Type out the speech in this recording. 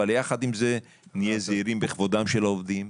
אבל יחד עם זה נהיה זהירים בכבודם של העובדים,